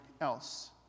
else